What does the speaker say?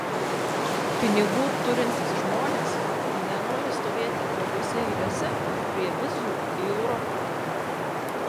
pinigų turintys žmonės nenori stovėti ilgose eilėse prie vizų į europą